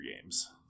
games